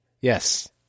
Yes